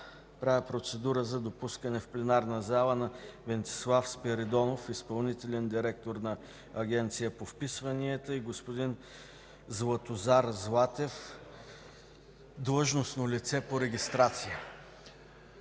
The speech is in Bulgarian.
предложение за допускане в пленарната зала на Венцислав Спиридонов – изпълнителен директор на Агенцията по вписванията, и господин Златозар Златев – длъжностно лице по регистрацията.